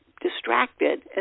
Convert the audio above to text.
distracted